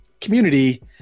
community